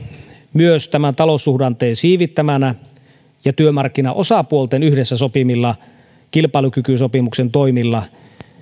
myös tämän taloussuhdanteen siivittämänä ja työmarkkinaosapuolten yhdessä sopimilla kilpailukykysopimuksen toimilla